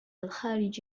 الخارج